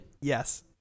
Yes